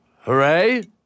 hooray